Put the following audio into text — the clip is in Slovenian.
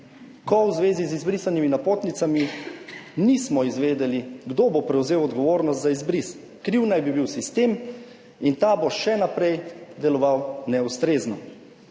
ko v zvezi z izbrisanimi napotnicami nismo izvedeli, kdo bo prevzel odgovornost za izbris. Kriv naj bi bil sistem in ta bo še naprej deloval neustrezno,